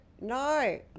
no